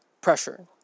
pressure